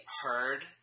heard